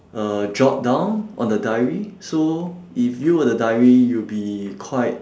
uh jot down on the diary so if you were the diary you'll be quite